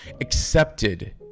accepted